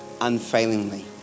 unfailingly